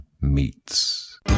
Meets